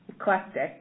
eclectic